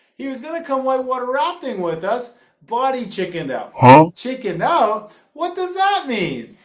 he was gonna come white water rafting with us body chickened out huh? chicken out what does that mean?